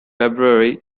february